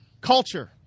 culture